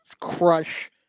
crush